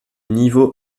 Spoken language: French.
niveau